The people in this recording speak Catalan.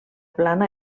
plana